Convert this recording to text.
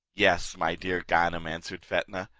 yes, my dear ganem, answered fetnah,